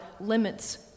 limits